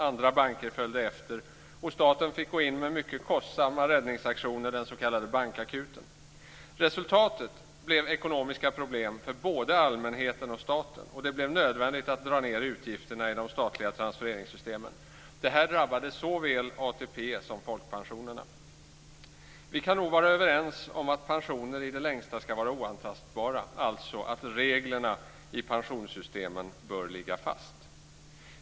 Andra banker följde efter, och staten fick gå in med mycket kostsamma räddningsaktioner, den s.k. bankakuten. Resultatet blev ekonomiska problem för både allmänheten och staten. Det blev nödvändigt att dra ned utgifterna i de statliga transfereringssystemen. Detta drabbade såväl ATP som folkpensionerna. Vi kan nog vara överens om att pensioner i det längsta ska vara oantastbara, alltså att reglerna i pensionssystemen bör ligga fast.